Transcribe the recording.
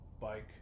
bike